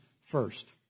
first